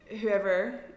whoever